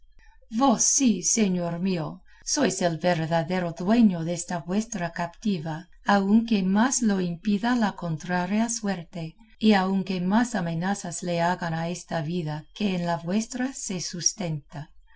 vos sí señor mío sois el verdadero dueño desta vuestra captiva aunque más lo impida la contraria suerte y aunque más amenazas le hagan a esta vida que en la vuestra se sustenta